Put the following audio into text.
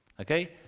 Okay